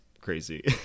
crazy